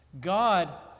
God